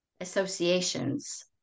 associations